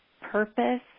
purpose